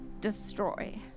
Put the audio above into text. destroy